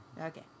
okay